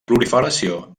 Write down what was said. proliferació